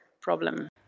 problem